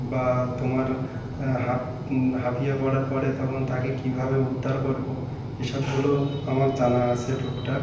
বা তোমার হাঁপ হাঁপিয়ে পড়ার পরে তখন তাকে কীভাবে উদ্ধার করবো এসবগুলোও আমার জানা আছে টুকটাক